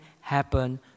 happen